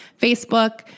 Facebook